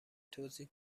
توزیع